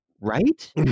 right